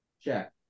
Check